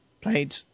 Played